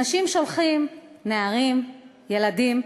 אנשים שולחים נערים, ילדים,